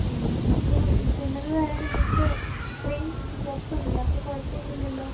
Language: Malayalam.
മ്മ് അപ്പോൾ ഇത് കൊണ്ടുവന്ന് തരാൻ നിങ്ങൾക്ക് ഇത്രയും ബോക്സ് ഉണ്ടല്ലോ അപ്പോൾ കുഴപ്പം ഒന്നും ഇല്ലല്ലോ